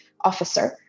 officer